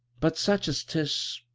but such as tis,